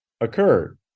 occurred